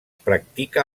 practica